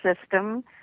system